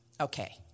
Okay